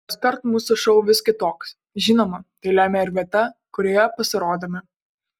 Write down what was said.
kaskart mūsų šou vis kitoks žinoma tai lemia ir vieta kurioje pasirodome